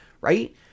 right